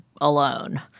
alone